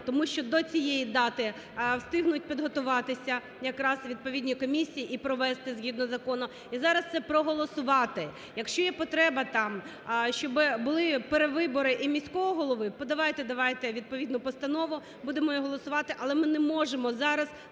тому що до цієї дати встигнуть підготуватися якраз відповідні комісії і провести згідно закону, і зараз це проголосувати. Якщо є потреба, там, щоб були перевибори і міського голови. Подавайте давайте відповідну постанову, будемо її голосувати. Але ми не можемо зараз